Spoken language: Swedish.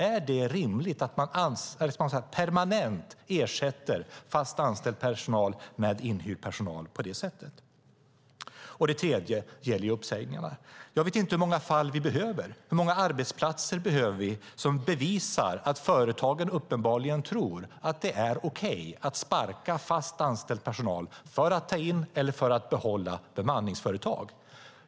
Är det rimligt att man permanent ersätter fast anställd personal med inhyrd personal på detta sätt? Den andra frågan gäller uppsägningarna. Jag vet inte hur många fall vi behöver. Hur många arbetsplatser behöver vi för att bevisa att företagen uppenbarligen tror att det är okej att sparka fast anställd personal för att ta in eller behålla bemanningsföretag?